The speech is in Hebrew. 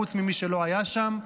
חוץ ממי שלא היה שם,